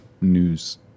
news